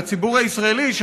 לציבור הישראלי,